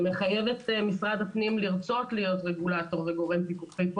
שמחייב את משרד הפנים לרצות להיות רגולטור וגורם פיקוחי.